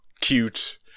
cute